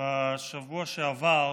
בשבוע שעבר